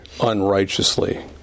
unrighteously